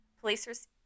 police